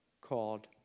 called